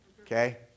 Okay